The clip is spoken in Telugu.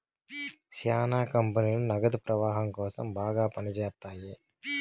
శ్యానా కంపెనీలు నగదు ప్రవాహం కోసం బాగా పని చేత్తాయి